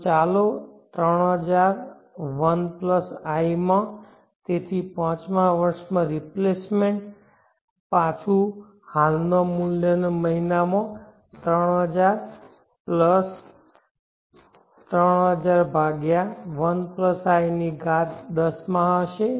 તો ચાલો 3000 1 i માં તેથી પાંચમા વર્ષમાં રિપ્લેસમેન્ટ પાછું હાલ નુ મુલ્ય આ મહિનામાં 3000 પ્લસ 3000 ભાગ્યા 1 i ની ઘાત 10 માં હશે